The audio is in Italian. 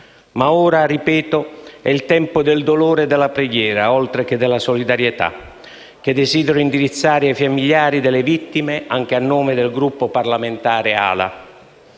Ma ora, ripeto, è il tempo del dolore e della preghiera, oltre che della solidarietà, che desidero indirizzare ai familiari delle vittime, anche a nome del Gruppo parlamentare AL-A.